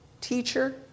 teacher